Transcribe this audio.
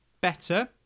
better